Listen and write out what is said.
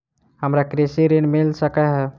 हमरा कृषि ऋण मिल सकै है?